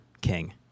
King